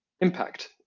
impact